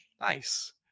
Nice